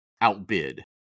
outbid